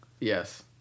Yes